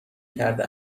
کرده